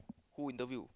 who interview